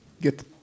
get